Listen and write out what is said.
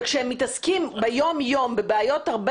אבל כשמתעסקים באופן יומיומי בבעיות הרבה